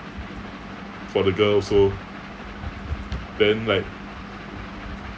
for the girl also then like